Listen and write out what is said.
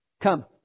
Come